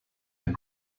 with